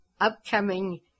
upcoming